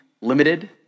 limited